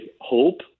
hope